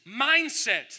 mindset